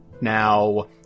Now